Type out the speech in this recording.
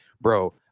bro